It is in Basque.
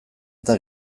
eta